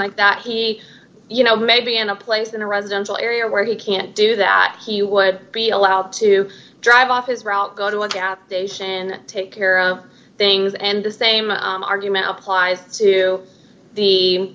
like that he you know maybe in a place in a residential area where he can't do that he would be allowed to drive off his route go to a gap and take care of things and the same argument applies